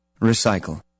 recycle